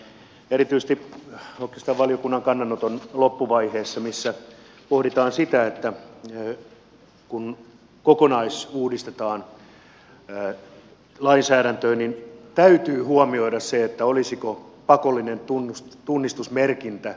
ja erityisesti on oikeastaan hyvä kun valiokunnan kannanoton loppuvaiheessa pohditaan sitä että kun kokonaisuudistetaan lainsäädäntöä niin täytyy huomioida se olisiko pakollinen tunnistusmerkintä välttämätön